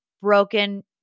broken